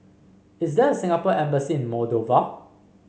is there a Singapore Embassy Moldova